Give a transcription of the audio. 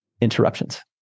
interruptions